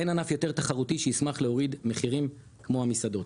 אין ענף יותר תחרותי שישמח להוריד מחירים כמו המסעדות.